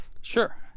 sure